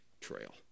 trail